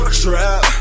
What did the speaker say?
trap